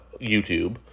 YouTube